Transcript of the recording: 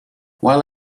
while